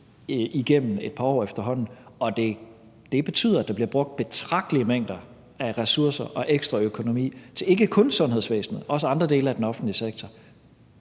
igennem et par år, og det betyder, at der bliver brugt betragtelige mængder af ressourcer og ekstra økonomi til ikke kun sundhedsvæsenet, men også andre dele af den offentlige sektor.